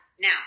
now